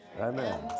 Amen